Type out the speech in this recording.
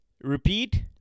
Repeat